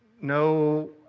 no